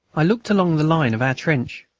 i looked along the line of our trench.